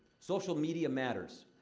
social media matters.